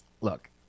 look